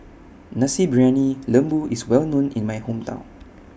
Nasi Briyani Lembu IS Well known in My Hometown